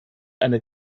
eine